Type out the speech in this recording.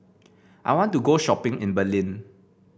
I want to go shopping in Berlin